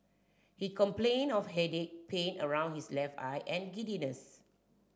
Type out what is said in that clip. he complained of headache pain around his left eye and giddiness